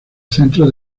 centro